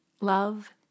Love